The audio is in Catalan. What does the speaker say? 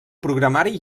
programari